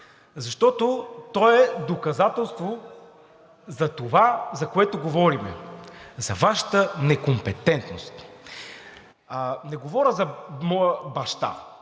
Защото той е доказателство за това, за което говорихме – Вашата некомпетентност. Не говоря за моя баща